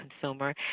consumer